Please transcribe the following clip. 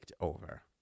over